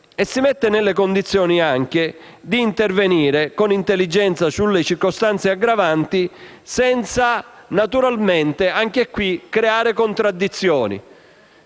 inoltre nelle condizioni d'intervenire con intelligenza sulle circostanze aggravanti, naturalmente senza creare contraddizioni.